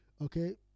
okay